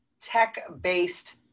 tech-based